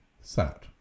sat